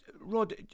Rod